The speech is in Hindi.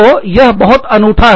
तो वह बहुत अनूठा है